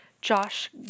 Josh